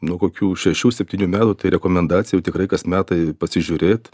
nuo kokių šešių septynių metų tai rekomendacija jau tikrai kas metai pasižiūrėt